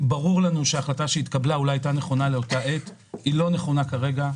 אולי הייתה נכונה לאותה עת, היא לא נכונה כרגע.